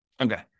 okay